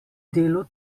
delu